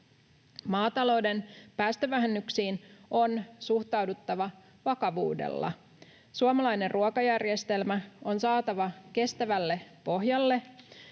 Maatalouden päästövähennyksiin on suhtauduttava vakavuudella. Suomalainen ruokajärjestelmä on saatava kestävälle pohjalle,